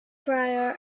prior